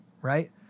right